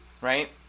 right